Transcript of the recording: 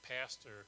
pastor